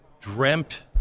dreamt